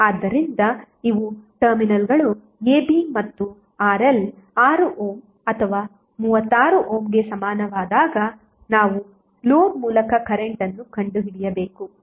ಆದ್ದರಿಂದ ಇವು ಟರ್ಮಿನಲ್ಗಳು ab ಮತ್ತು RL 6 ಓಮ್ ಅಥವಾ 36 ಓಮ್ಗೆ ಸಮಾನವಾದಾಗ ನಾವು ಲೋಡ್ ಮೂಲಕ ಕರೆಂಟ್ ಅನ್ನು ಕಂಡುಹಿಡಿಯಬೇಕು